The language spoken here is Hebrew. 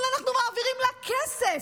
אבל אנחנו מעבירים לה כסף,